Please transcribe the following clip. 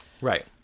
Right